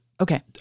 Okay